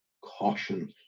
caution